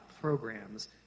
programs